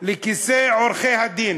לכיסי עורכי-הדין,